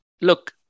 Look